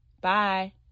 Bye